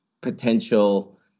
potential